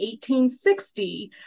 1860